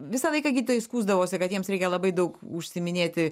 visą laiką gydytojai skųsdavosi kad jiems reikia labai daug užsiiminėti